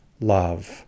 love